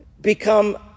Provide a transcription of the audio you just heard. become